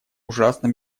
ужасно